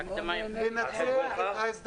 אני מאוד נהנה לשמוע.